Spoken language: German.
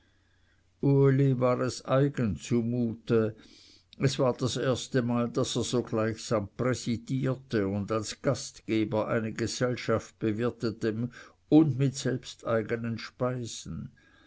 es eigen zumute es war das erstemal daß er so gleichsam präsidierte und als gastgeber eine gesellschaft bewirtete und mit selbsteigenen speisen